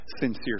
sincere